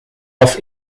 auf